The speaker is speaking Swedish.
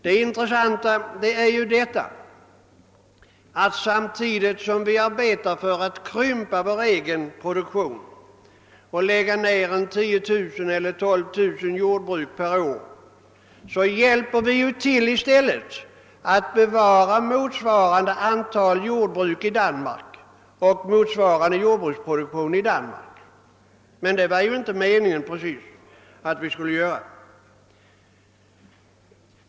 Det intressanta är att samtidigt som vi arbetar för att krympa vår egen produktion och lägga ned 10 000—12 000 jordbruk per år hjälper vi i stället till att bevara motsvarande antal jordbruk och motsvarande jordbruksproduktion i Danmark. Det var ju inte precis meningen.